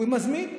הוא מזמין,